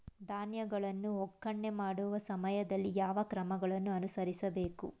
ಧಾನ್ಯಗಳನ್ನು ಒಕ್ಕಣೆ ಮಾಡುವ ಸಮಯದಲ್ಲಿ ಯಾವ ಕ್ರಮಗಳನ್ನು ಅನುಸರಿಸಬೇಕು?